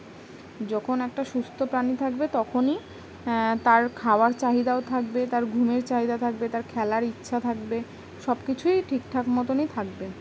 যখন একটা সুস্থ প্রাণী থাকবে তখনই তার খাওয়ার চাহিদাও থাকবে তার ঘুমের চাহিদা থাকবে তার খেলার ইচ্ছা থাকবে সব কিছুই ঠিকঠাক মতোনই থাকবে